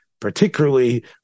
particularly